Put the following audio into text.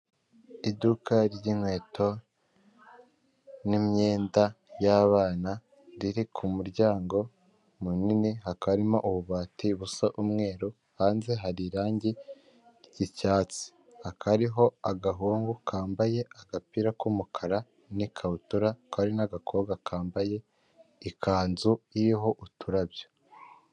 Iki ni igikoresho kifashishwa mu kuzimya umuriro igihe uteye mu buryo butunguranye gifite amabara y'umutuku impande zose, ndetse n'umunwa w'umukara, nawe nakugira inama yo kukigura ukagitunga iwawe.